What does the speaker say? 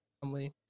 family